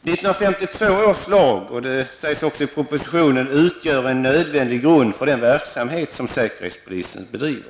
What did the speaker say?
1952 års tvångsmedelslag -- det sägs också i propositionen -- utgör en nödvändig grund för den verksamhet som säkerhetspolisen bedriver,